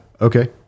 Okay